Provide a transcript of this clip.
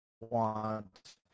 want